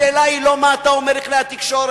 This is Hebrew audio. השאלה היא לא מה אתה אומר לכלי התקשורת.